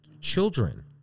children